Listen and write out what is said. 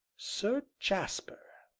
sir jasper!